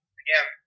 again